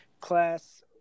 class